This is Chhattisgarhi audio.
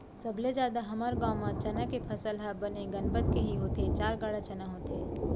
सबले जादा हमर गांव म चना के फसल ह बने गनपत के ही होथे चार गाड़ा चना होथे